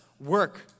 work